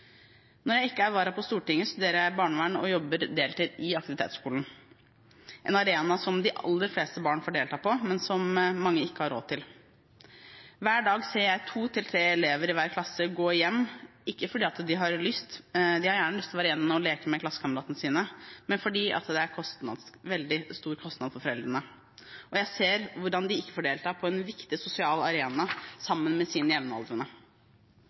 Når jeg ikke er vara på Stortinget, studerer jeg barnevern og jobber deltid i aktivitetsskolen, en arena som de aller fleste barn får delta på, men som mange ikke har råd til. Hver dag ser jeg to–tre elever i hver klasse gå hjem, ikke fordi de har lyst – de har gjerne lyst til å være igjen og leke med klassekameratene sine – men fordi det er en veldig stor kostnad for foreldrene. Jeg ser hvordan de ikke får delta på en viktig sosial arena sammen med sine jevnaldrende.